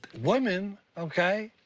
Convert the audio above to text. women, okay,